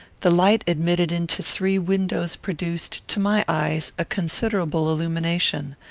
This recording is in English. the light admitted into three windows produced, to my eyes, a considerable illumination.